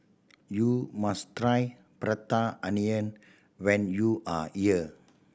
you must try Prata Onion when you are here